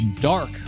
Dark